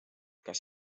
kas